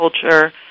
culture